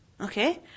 okay